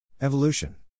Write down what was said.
Evolution